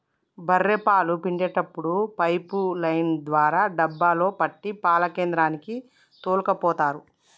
బఱ్ఱె పాలు పిండేప్పుడు పైపు లైన్ ద్వారా డబ్బాలో పట్టి పాల కేంద్రానికి తోల్కపోతరు